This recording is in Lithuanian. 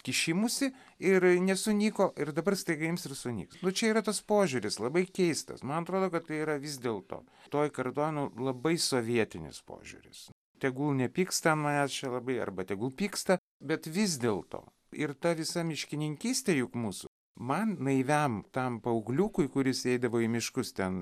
kišimųsi ir nesunyko ir dabar staiga ims ir sunyks nu čia yra tas požiūris labai keistas man atrodo kad tai yra vis dėlto toj kartoj nu labai sovietinis požiūris tegul nepyksta ant manęs čia labai arba tegul pyksta bet vis dėlto ir ta visa miškininkystė juk mūsų man naiviam tam paaugliukui kuris eidavo į miškus ten